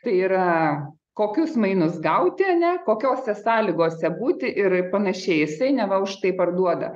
tai yra kokius mainus gauti ar ne kokiose sąlygose būti ir panašiai jisai neva užtai parduoda